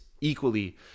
equally